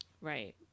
Right